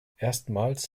erstmals